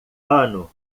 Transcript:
ano